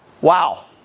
Wow